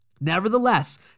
Nevertheless